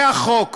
זה החוק.